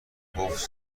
گفت